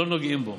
לא נוגעים בו,